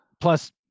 Plus